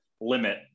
limit